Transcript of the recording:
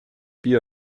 bier